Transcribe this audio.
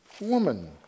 woman